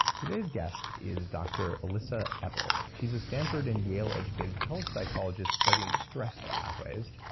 today's guest is dr. elissa epel. she's a stanford and yale-educated health psychologist studying stress pathways.